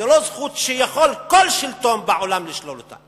זו לא זכות שיכול כל שלטון בעולם לשלול אותה,